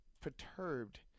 perturbed